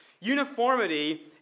uniformity